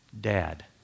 Dad